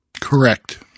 Correct